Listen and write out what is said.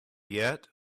yet